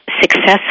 successful